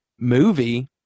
movie